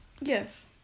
Yes